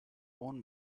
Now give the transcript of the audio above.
own